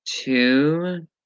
two